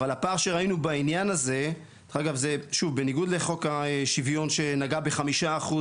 אבל הפער שראינו בעניין הזה שוב בניגוד לחוק השוויון שנגע ב 5%